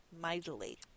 mightily